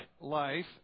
life